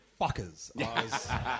fuckers